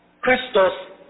Christos